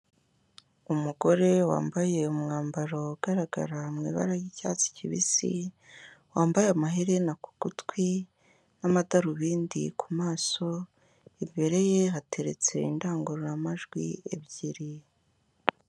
Umugore wambaye umwambaro ugaragara mu ibara ry'icyatsi kibisi wambaye amaherena ku gutwi n'amadarubindi ku maso imbere ye hateretse indangururamajwi ebyiri.